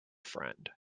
friend